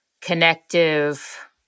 connective